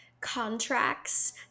contracts